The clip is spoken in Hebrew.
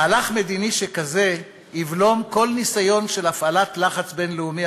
מהלך מדיני שכזה יבלום כל ניסיון של הפעלת לחץ בין-לאומי